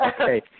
Okay